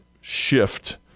shift